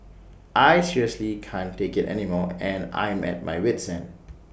I seriously can't take IT anymore and I'm at my wit's end